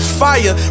fire